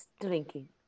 drinking